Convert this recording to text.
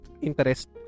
interest